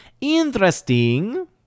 Interesting